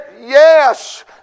yes